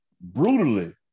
brutally